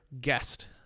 guest